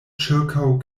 ĉirkaŭ